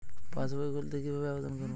পাসবই খুলতে কি ভাবে আবেদন করব?